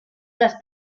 las